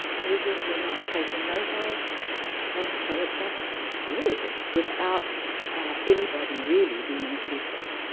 measures were not taken note of and so it just spread without anybody really being careful